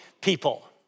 people